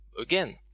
again